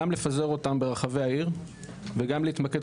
גם לפזר אותם ברחבי העיר וגם להתמקד